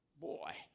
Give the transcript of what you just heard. boy